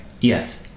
Yes